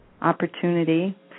opportunity